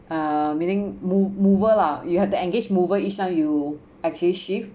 uh meaning mo~ mover lah you have to engage mover each time you actually shift